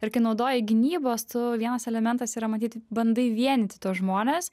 ir kai naudoji gynybos tu vienas elementas yra matyt bandai vienyti tuos žmones